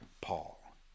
Paul